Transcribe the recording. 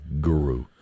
guru